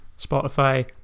Spotify